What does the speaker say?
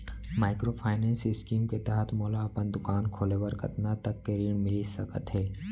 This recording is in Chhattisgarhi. माइक्रोफाइनेंस स्कीम के तहत मोला अपन दुकान खोले बर कतना तक के ऋण मिलिस सकत हे?